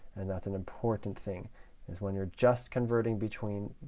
and that's an important thing is when you're just converting between